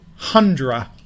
Hundra